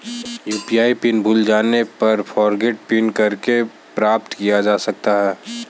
UPI PIN भूल जाने पर फ़ॉरगोट पिन करके प्राप्त किया जा सकता है